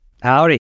Howdy